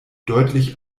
deutlich